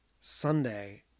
sunday